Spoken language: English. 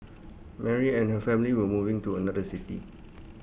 Mary and her family were moving to another city